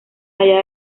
allá